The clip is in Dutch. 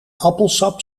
appelsap